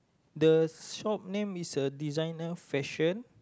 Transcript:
the shop name is uh designer fashion